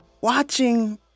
watching